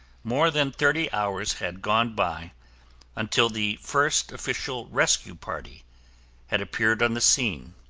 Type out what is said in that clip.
more than thirty hours had gone by until the first official rescue party had appeared on the scene.